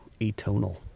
atonal